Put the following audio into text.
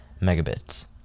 megabits